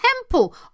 temple